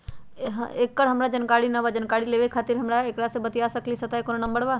एकर हमरा जानकारी न बा जानकारी लेवे के खातिर हम केकरा से बातिया सकली ह सहायता के कोनो नंबर बा?